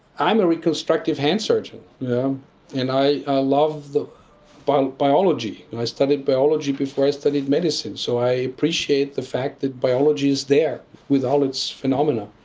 i am a reconstructive hand surgeon and i ah love but biology and i studied biology before i studied medicine, so i appreciate the fact that biology is there with all its phenomena.